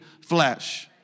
flesh